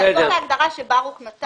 זאת ההגדרה שברוך נתן.